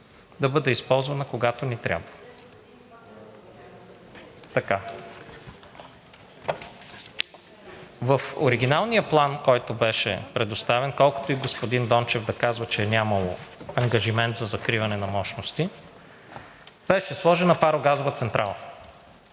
да бъде използвана, когато ни трябва. В оригиналния план, който беше предоставен, колкото и господин Дончев да казва, че е нямало ангажимент за закриване на мощности, беше сложена парогазова централа.